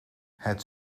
het